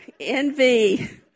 envy